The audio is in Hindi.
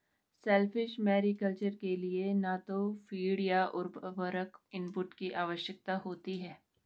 शेलफिश मैरीकल्चर के लिए न तो फ़ीड या उर्वरक इनपुट की आवश्यकता होती है